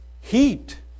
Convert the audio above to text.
heat